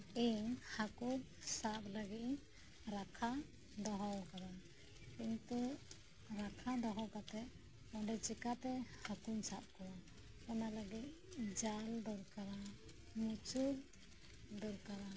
ᱤᱧ ᱦᱟᱠᱩ ᱥᱟᱵ ᱞᱟᱹᱜᱤᱫ ᱤᱧ ᱨᱟᱠᱷᱟ ᱫᱚᱦᱚᱣᱟᱠᱟᱫᱟ ᱠᱤᱱᱛᱩ ᱨᱟᱠᱷᱟ ᱫᱚᱦᱚ ᱠᱟᱛᱮᱜ ᱚᱸᱰᱮ ᱪᱮᱠᱟᱛᱮ ᱦᱟᱠᱩᱧ ᱥᱟᱵᱠᱚᱣᱟ ᱚᱱᱟ ᱞᱟᱹᱜᱤᱫ ᱡᱟᱞ ᱫᱚᱨᱠᱟᱨᱟ ᱢᱩᱪᱩ ᱫᱚᱨᱠᱟᱨᱟ